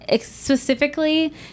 specifically